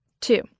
Two